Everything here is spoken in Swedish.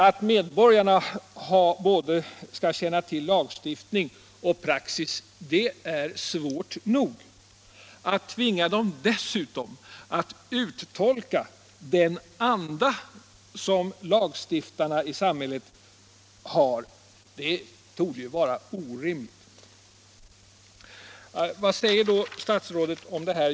Att medborgarna skall känna till både lagstiftning och praxis är vanskligt nog. Att dessutom tvinga dem att uttolka den anda som lagstiftarna i samhället har torde vara orimligt. Vad säger då statsrådet om det här?